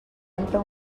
entrar